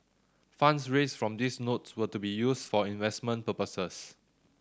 funds raised from these notes were to be used for investment purposes